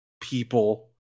people